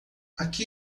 aqui